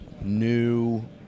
new